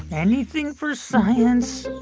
anything for science.